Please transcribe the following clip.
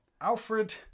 Alfred